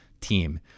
team